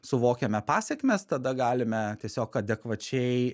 suvokiame pasekmes tada galime tiesiog adekvačiai